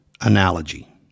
analogy